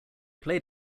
played